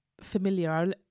familiar